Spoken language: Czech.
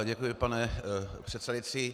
Děkuji, pane předsedající.